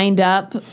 up